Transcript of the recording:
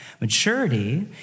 Maturity